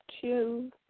two